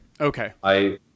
Okay